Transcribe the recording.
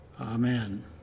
Amen